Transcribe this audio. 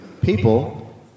People